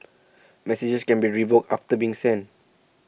messages can be revoked after being sent